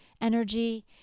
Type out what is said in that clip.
energy